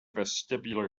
vestibular